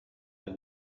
that